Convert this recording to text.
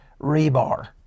rebar